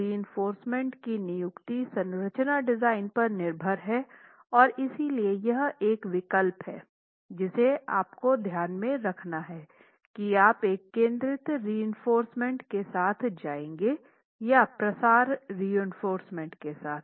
तो रीइंफोर्स्मेंट की नियुक्ति संरचनात्मक डिज़ाइन पर निर्भर है और इसलिए यह एक विकल्प है जिसे आपको ध्यान में रखना है की आप एक केंद्रित रीइंफोर्स्मेंट के साथ जाएंगे या प्रसार रीइंफोर्स्मेंट के साथ